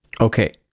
Okay